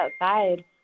outside